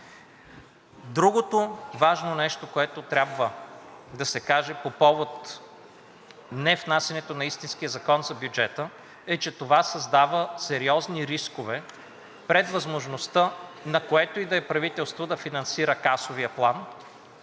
Другото важно нещо, което трябва да се каже по повод невнасянето на истински закон за бюджета, е, че това създава сериозни рискове пред възможността на което и да е правителство да финансира касовия план,